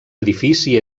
edifici